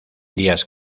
días